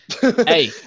Hey